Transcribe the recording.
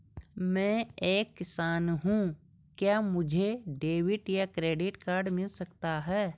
मैं एक किसान हूँ क्या मुझे डेबिट या क्रेडिट कार्ड मिल सकता है?